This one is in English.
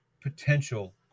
potential